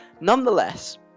Nonetheless